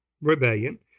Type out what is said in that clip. rebellion